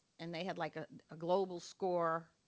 and they had like a ah global score.